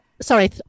sorry